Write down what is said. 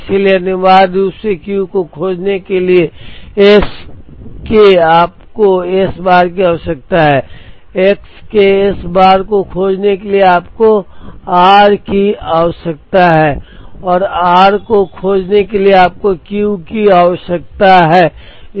इसलिए अनिवार्य रूप से Q को खोजने के लिए x के आपको S bar की आवश्यकता है x के S बार को खोजने के लिए आपको r की आवश्यकता है और r को खोजने के लिए आपको Q की आवश्यकता है